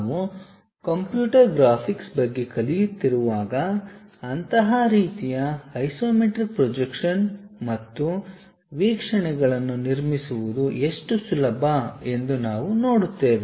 ನಾವು computer graphics ಬಗ್ಗೆ ಕಲಿಯುತ್ತಿರುವಾಗ ಅಂತಹ ರೀತಿಯ ಐಸೊಮೆಟ್ರಿಕ್ ಪ್ರೊಜೆಕ್ಷನ್ ಮತ್ತು ವೀಕ್ಷಣೆಗಳನ್ನು ನಿರ್ಮಿಸುವುದು ಎಷ್ಟು ಸುಲಭ ಎಂದು ನಾವು ನೋಡುತ್ತೇವೆ